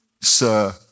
Sir